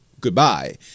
Goodbye